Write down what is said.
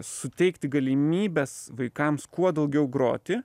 suteikti galimybes vaikams kuo daugiau groti